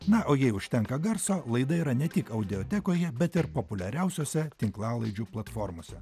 na o jei užtenka garso laida yra ne tik audiotekoje bet ir populiariausiose tinklalaidžių platformose